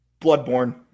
Bloodborne